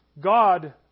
God